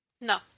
No